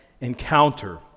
encounter